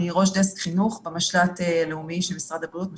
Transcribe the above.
ואני ראש דסק חינוך במשל"ט לאומי של משרד הבריאות,